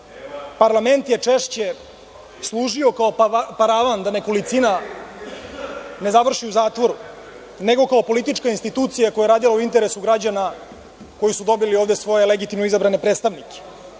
parlament je češće služio kao paravan da nekolicina ne završi u zatvoru, nego kao politička institucija koja je radila u interesu građana koji su dobili ovde svoje legitimno izabrane predstavnike.